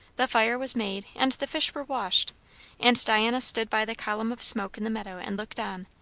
the fire was made, and the fish were washed and diana stood by the column of smoke in the meadow and looked on,